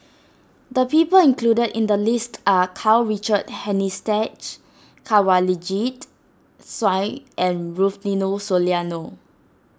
the people included in the list are Karl Richard Hanitsch Kanwaljit Soin and Rufino Soliano